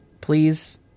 please